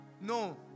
no